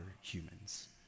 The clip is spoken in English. humans